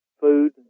food